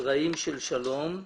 זרעים של שלום.